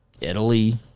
Italy